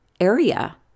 area